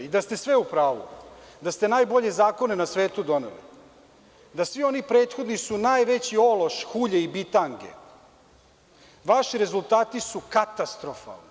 I da ste sve u pravu, da ste najbolje zakone na svetu doneli, da svi oni prethodni su najveći ološ, hulje i bitange, vaši rezultati su katastrofalni.